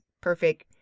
perfect